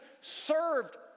served